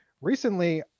recently